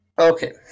Okay